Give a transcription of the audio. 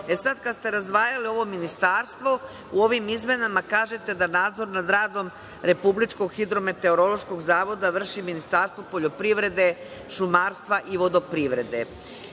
E sad, kad ste razdvajali ovo ministarstvo, u ovim izmenama kažete da nadzor nad radom Republičkog hidrometeorološkog zavoda vrši Ministarstvo poljoprivrede, šumarstva i vodoprivrede. Mi